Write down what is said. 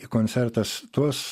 į koncertas tuos